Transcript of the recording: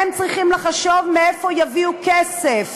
הם צריכים לחשוב מאיפה יביאו כסף,